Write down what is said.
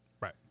right